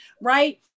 right